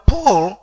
Paul